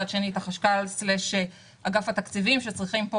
מצד שני את החשכ"ל/אגף התקציבים שצריכים פה